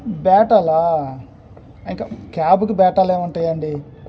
బేటాలా క్యాబ్కి బేటాలు ఏమి ఉంటాయండి